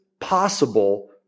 possible